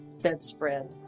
bedspread